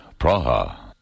Praha